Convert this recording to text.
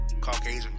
Caucasian